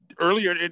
earlier